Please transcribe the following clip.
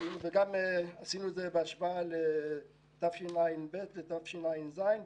עשינו את זה גם בהשוואה לתשע"ב ותשע"ז,